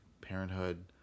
parenthood